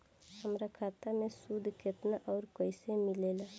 हमार खाता मे सूद केतना आउर कैसे मिलेला?